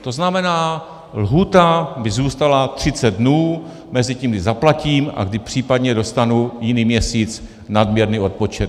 To znamená, lhůta by zůstala 30 dnů mezi tím, kdy zaplatím, a kdy případně dostanu jiný měsíc nadměrný odpočet.